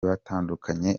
batandukanye